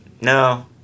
No